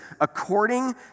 according